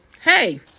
hey